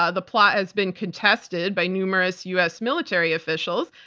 ah the plot has been contested by numerous u. s. military officials.